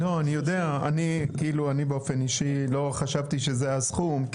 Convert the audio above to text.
אני אישית לא חשבתי שזה הסכום.